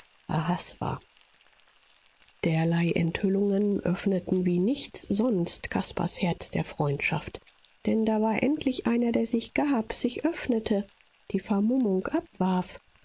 kind ahasver derlei enthüllungen öffneten wie nichts sonst caspars herz der freundschaft denn da war endlich einer der sich gab sich öffnete die vermummung abwarf